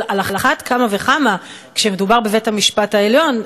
אבל על אחת כמה וכמה כשמדובר בבית-המשפט העליון.